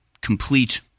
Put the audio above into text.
complete